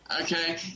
okay